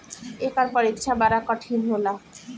एकर परीक्षा बड़ा कठिन होला